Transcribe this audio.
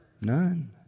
none